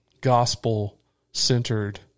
gospel-centered